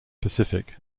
pacific